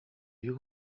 you